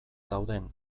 dauden